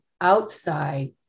outside